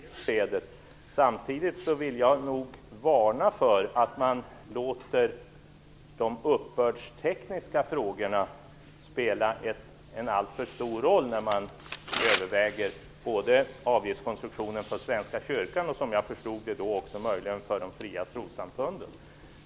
Fru talman! Jag vill tacka civilministern för det beskedet. Samtidigt vill jag varna för att man låter de uppbördstekniska frågorna spela en alltför stor roll när man överväger avgiftskonstruktionen både för Svenska kyrkan och, som jag förstod det, för de fria trossamfunden.